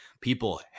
people